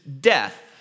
death